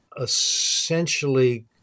essentially